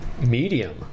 Medium